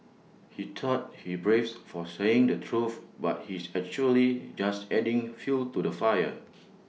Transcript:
he thought he's brave for saying the truth but he's actually just adding fuel to the fire